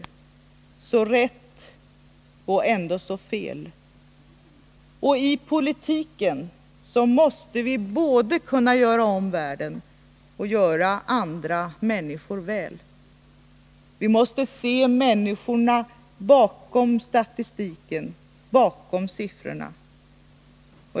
Så rätt och ändå så fel. I politiken måste vi både kunna göra om världen och göra andra människor väl. Vi måste se människorna bakom statistiken, bakom siffrorna.